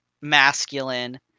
masculine